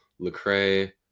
Lecrae